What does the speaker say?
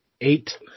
eight